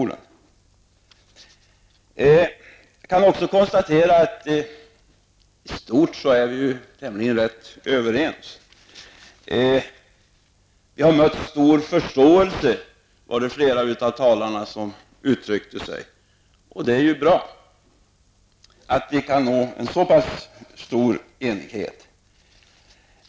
Jag kan också konstatera att vi i stort är tämligen överens. Flera av talarna har sagt att deras förslag har mött stor förståelse. Det är ju bra att vi har kunnat uppnå en så pass stor enighet.